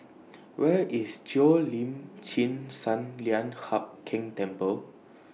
Where IS Cheo Lim Chin Sun Lian Hup Keng Temple